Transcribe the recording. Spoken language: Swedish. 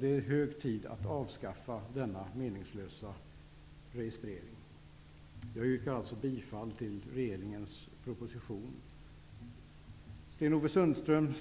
Det är nu hög tid att avskaffa denna meningslösa registrering. Jag yrkar alltså bifall till regeringens proposition. Sten-Ove Sundström